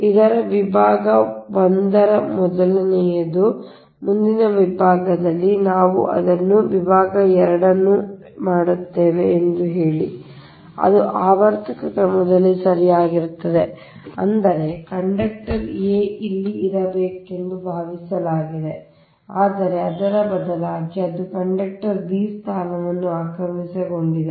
ಇದು ವಿಭಾಗ 1 ರ ಮೊದಲನೆಯದು ಈಗ ಮುಂದಿನ ವಿಭಾಗದಲ್ಲಿ ನಾವು ಅದನ್ನು ವಿಭಾಗ 2 ಅನ್ನು ಮಾಡುತ್ತೇವೆ ಎಂದು ಹೇಳಿ ಅದು ಆವರ್ತಕ ಕ್ರಮದಲ್ಲಿ ಸರಿಯಾಗಿರುತ್ತದೆ ಅಂದರೆ ಕಂಡಕ್ಟರ್ a ಇಲ್ಲಿ ಇರಬೇಕೆಂದು ಭಾವಿಸಲಾಗಿದೆ ಆದರೆ ಅದರ ಬದಲಾಗಿ ಅದು ಕಂಡಕ್ಟರ್ b ಸ್ಥಾನವನ್ನು ಆಕ್ರಮಿಸಿಕೊಂಡಿದೆ